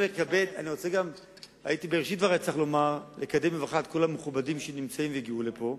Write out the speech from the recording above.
הייתי צריך בראשית דברי לקדם בברכה את כל המכובדים שנמצאים והגיעו לפה.